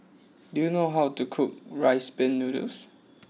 do you know how to cook Rice Pin Noodles